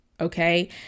okay